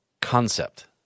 concept